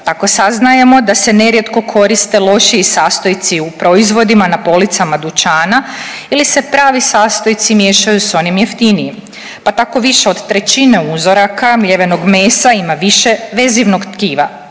tako saznajemo da se nerijetko koriste lošiji sastojci u proizvodima na policama dućana ili se pravi sastojci miješaju s onim jeftinijim, pa tako više od trećine uzoraka mljevenog mesa ima više vezivnog tkiva,